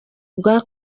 bwa